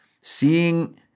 Seeing